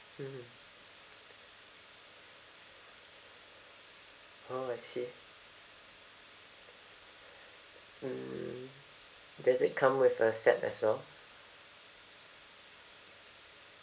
mmhmm oh I see see mm does it come with a set as well